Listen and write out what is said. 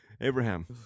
Abraham